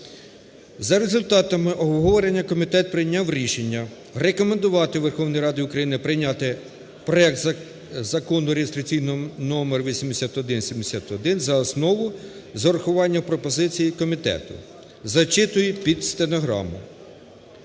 За результатами обговорення комітет прийняв рішення рекомендувати Верховній Раді України прийняти проект Закону реєстраційний номер 8171 за основу з врахуванням пропозицій комітету. Зачитую під стенограму.